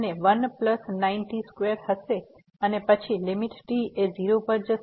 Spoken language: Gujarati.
અને 1 પ્લસ 9t2 હશે અને પછી લીમીટ t એ 0 પર જશે